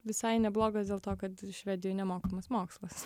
visai neblogas dėl to kad švedijoj nemokamas mokslas